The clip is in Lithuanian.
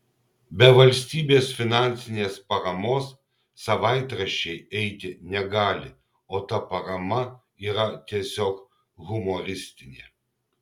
be valstybės finansinės paramos savaitraščiai eiti negali o ta parama yra tiesiog humoristinė